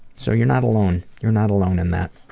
so you're not alone. you're not alone in that,